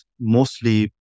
mostly